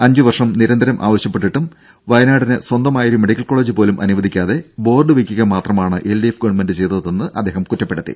അഞ്ച് വർഷം നിരന്തരം ആവശ്യപ്പെട്ടിട്ടും വയനാടിന് സ്വന്തമായൊരു മെഡിക്കൽ കോളജ് പോലും അനുവദിക്കാതെ ബോർഡ് വെയ്ക്കുക മാത്രമാണ് എൽഡിഎഫ് ഗവൺമെന്റ് ചെയ്തതെന്ന് അദ്ദേഹം കുറ്റപ്പെടുത്തി